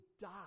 die